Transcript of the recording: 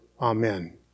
Amen